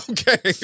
Okay